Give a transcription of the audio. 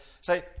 Say